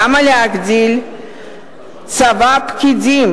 למה להגדיל את צבא הפקידים